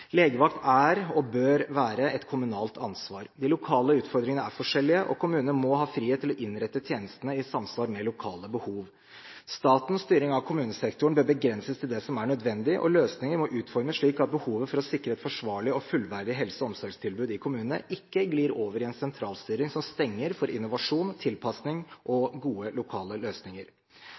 Legevakt er og bør være et kommunalt ansvar. De lokale utfordringene er forskjellige, og kommunene må ha frihet til å innrette tjenestene i samsvar med lokale behov. Statens styring av kommunesektoren bør begrenses til det som er nødvendig, og løsninger må utformes slik at behovet for å sikre et forsvarlig og fullverdig helse- og omsorgstilbud i kommunene ikke glir over i en sentralstyring som stenger for innovasjon, tilpasning og gode, lokale løsninger.